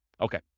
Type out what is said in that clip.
Okay